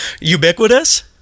Ubiquitous